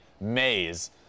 maze